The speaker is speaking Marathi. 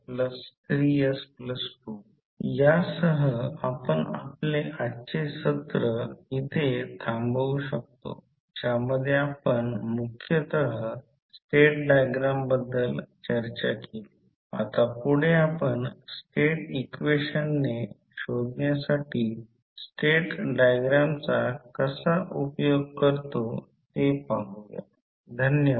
तर आता मॅग्नेटिक सर्किट संपले आहे आता माझा प्रश्न असा आहे की हे ऐकताना DC circuit single phase AC circuit 3 phase AC circuit resonance maximum power transfer theorem आणि मॅग्नेटिक सर्किट कधी येईल